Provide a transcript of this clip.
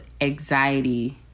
anxiety